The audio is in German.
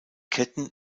ketten